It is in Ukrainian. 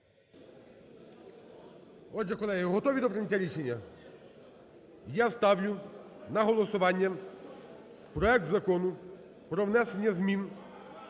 Отже, колеги, готові до прийняття рішення? Я ставлю на голосування проект Закону про внесення змін